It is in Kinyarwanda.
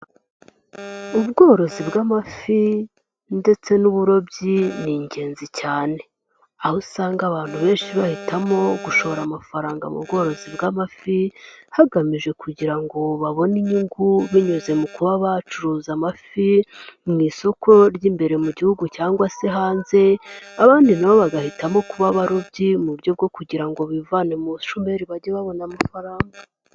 Ubworozi bw'amafi ndetse n'uburobyi, ni ingenzi cyane. Aho usanga abantu benshi bahitamo gushora amafaranga mu bworozi bw'amafi, hagamijwe kugira ngo babone inyungu binyuze mu kuba bacuruza amafi mu isoko ry'imbere mu gihugu cyangwa se hanze, abandi na bo bagahitamo kuba abarobyi mu buryo bwo kugira ngo bivane mu bushomeri, bajye babona amafaranga.